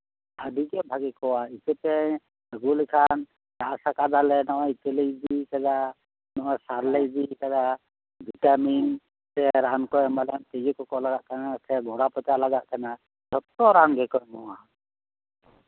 ᱟᱹᱰᱤᱜᱮ ᱵᱷᱟᱹᱜᱮ ᱠᱚᱜᱼᱟ ᱤᱛᱟᱹ ᱯᱮ ᱟᱹᱜᱩ ᱞᱮᱠᱷᱟᱱ ᱪᱟᱥ ᱟᱠᱟᱫᱟᱞᱮ ᱱᱚᱜᱼᱚᱭ ᱤᱛᱟᱹᱞᱮ ᱤᱫᱤᱭ ᱟᱠᱟᱫᱟ ᱱᱚᱜᱼᱚᱭ ᱥᱟᱨᱞᱮ ᱤᱫᱤ ᱟᱠᱟᱫᱟ ᱱᱚᱜᱼᱚᱭ ᱵᱷᱤᱴᱟᱢᱤᱱ ᱥᱮᱱ ᱨᱟᱱ ᱠᱚ ᱮᱢᱟᱞᱮᱭᱟ ᱛᱤᱡᱩ ᱠᱚᱠᱚ ᱞᱟᱜᱟᱜ ᱠᱟᱱᱟ ᱥᱮ ᱜᱚᱲᱟ ᱯᱚᱪᱟ ᱞᱟᱜᱟᱜ ᱠᱟᱱᱟ ᱡᱷᱚᱛᱚ ᱨᱟᱱ ᱜᱮᱠᱚ ᱮᱢᱚᱜᱼᱟ